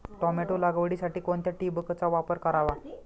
Tomato लागवडीसाठी कोणत्या ठिबकचा वापर करावा?